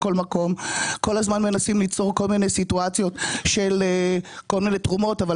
כך עלינו לעשות את כל ההשתדלות שלנו על